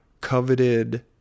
coveted